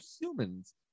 humans